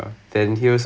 but ya